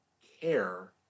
care